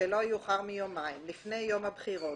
שלא יאוחר מיומיים לפני יום הבחירות